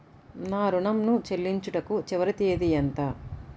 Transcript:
నా ఋణం ను చెల్లించుటకు చివరి తేదీ ఎంత?